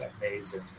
amazing